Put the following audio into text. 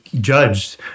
judged